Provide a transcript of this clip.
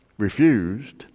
Refused